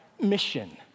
mission